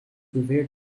revered